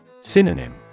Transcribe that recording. Synonym